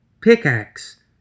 Pickaxe